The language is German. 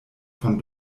von